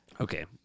Okay